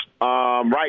Right